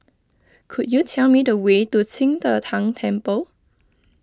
could you tell me the way to Qing De Tang Temple